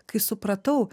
kai supratau